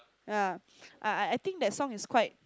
ya I I I think that song is quite